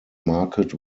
market